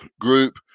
group